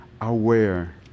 aware